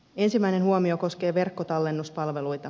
ensimmäinen huomio koskee verkkotallennuspalveluita